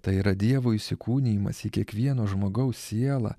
tai yra dievo įsikūnijimas į kiekvieno žmogaus sielą